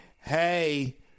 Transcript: hey